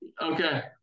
Okay